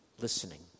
listening